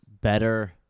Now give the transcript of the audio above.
better